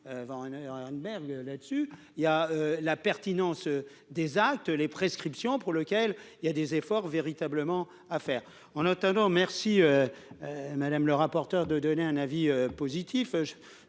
il y a la pertinence des actes les prescriptions pour lequel il y a des efforts véritablement à faire en attendant merci madame le rapporteur, de donner un avis positif,